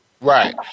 Right